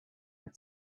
had